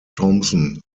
thompson